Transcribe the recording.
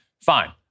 fine